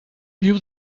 viu